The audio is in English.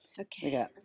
okay